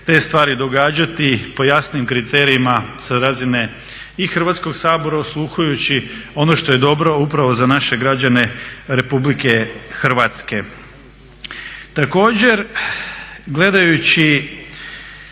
te stvari događati po jasnim kriterijima sa razine i Hrvatskog sabora, osluhujući ono što je dobro upravo za naše građane Republike Hrvatske. Također, gledajući